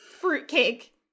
fruitcake